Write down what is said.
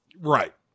Right